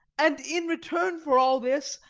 and in return for all this,